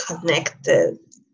connected